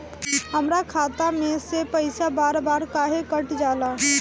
हमरा खाता में से पइसा बार बार काहे कट जाला?